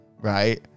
right